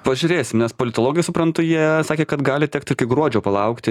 pažiūrėsim nes politologai suprantu jie sakė kad gali tekt iki gruodžio palaukti